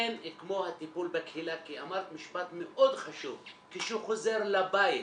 אין כמו הטיפול בקהילה כי אמרת משפט מאוד חשוב כשהוא חוזר לבית,